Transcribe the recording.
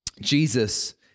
Jesus